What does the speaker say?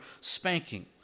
spanking